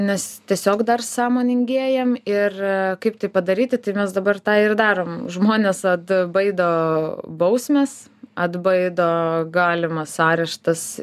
nes tiesiog dar sąmoningėjam ir kaip tai padaryti tai mes dabar tą ir darom žmones atbaido bausmės atbaido galimas areštas